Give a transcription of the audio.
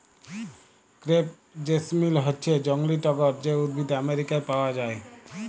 crepe jasmine হচ্যে জংলী টগর যে উদ্ভিদ আমেরিকায় পাওয়া যায়